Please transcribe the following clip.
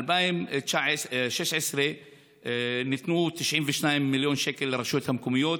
ב-2016 ניתנו 92 מיליון שקל לרשויות המקומיות,